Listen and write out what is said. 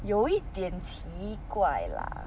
有一点奇怪 lah